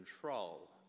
control